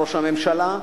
ראש הממשלה,